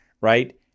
right